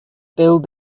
build